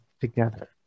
together